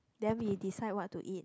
then we decide what to eat